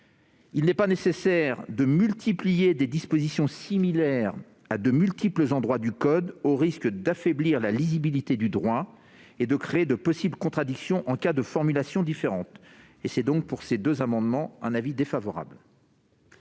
Il n'est pas nécessaire de multiplier des dispositions similaires en de multiples endroits du code, au risque d'affaiblir la lisibilité du droit et de créer de possibles contradictions en cas de formulations différentes. J'émets donc un avis défavorable